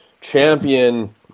champion